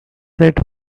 set